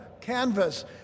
canvas